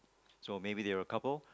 so maybe they're couple